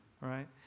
right